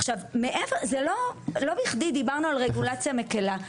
עכשיו, לא בכדי דיברנו על רגולציה מקלה.